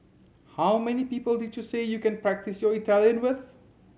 how many people did you say you can practise your Italian with